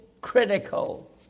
critical